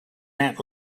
aunt